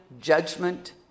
judgment